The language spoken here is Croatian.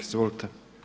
Izvolite.